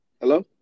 Hello